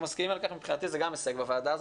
מסכימים על כך מבחינתי זה גם הישג בוועדה הזאת,